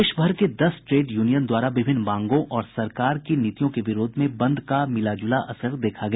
देशभर के दस ट्रेड यूनियन द्वारा विभिन्न मांगों और सरकार की नीतियों के विरोध में बंद का मिलाजुला असर देखा गया